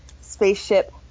spaceship